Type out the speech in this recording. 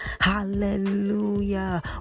Hallelujah